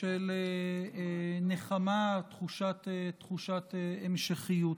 של נחמה ותחושת המשכיות.